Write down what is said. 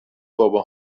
بابا